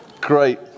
Great